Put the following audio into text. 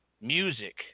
music